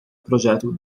projeto